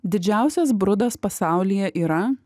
didžiausias brudas pasaulyje yra